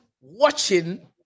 watching